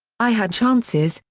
i had chances,